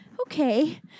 Okay